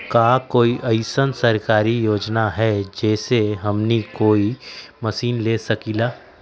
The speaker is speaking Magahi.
का कोई अइसन सरकारी योजना है जै से हमनी कोई मशीन ले सकीं ला?